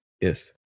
Yes